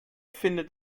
findet